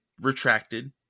retracted